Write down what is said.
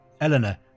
Eleanor